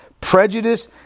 prejudice